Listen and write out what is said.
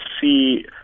see